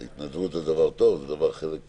התנדבות זה דבר טוב, רק יכול להיות